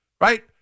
right